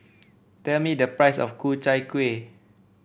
tell me the price of Ku Chai Kuih